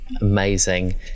amazing